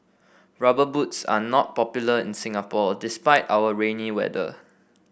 rubber boots are not popular in Singapore despite our rainy weather